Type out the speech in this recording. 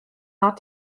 not